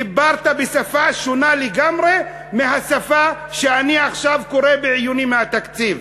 דיברת בשפה שונה לגמרי מהשפה שאני עכשיו קורא בעיוני בתקציב.